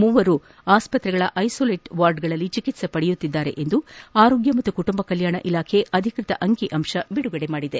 ಮೂವರು ಆಸ್ತ್ರಗಳ ಐಸೋಲೇಟ್ ವಾರ್ಡ್ನಲ್ಲಿ ಚಿಕಿತ್ಸ ಪಡೆಯುತ್ತಿದ್ದಾರೆ ಎಂದು ಆರೋಗ್ಕ ಮತ್ತು ಕುಟುಂಬ ಕಲ್ಕಾಣ ಇಲಾಖೆ ಅಧಿಕೃತ ಅಂಕಿಅಂಶ ಬಿಡುಗಡೆ ಮಾಡಿದೆ